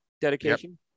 dedication